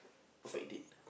perfect date